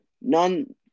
None